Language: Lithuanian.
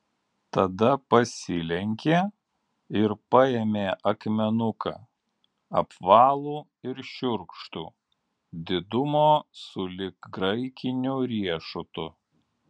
tada pasilenkė ir paėmė akmenuką apvalų ir šiurkštų didumo sulig graikiniu riešutu